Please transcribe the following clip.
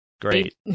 Great